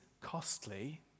costly